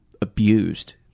abused